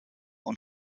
und